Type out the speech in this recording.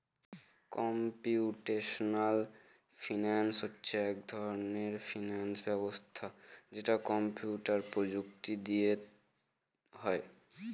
computational finance হচ্ছে এক ধরনের ফিনান্স ব্যবস্থা যেটা কম্পিউটার প্রযুক্তি দিয়ে হয়